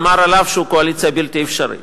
אמר עליו שהוא קואליציה בלתי אפשרית.